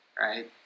right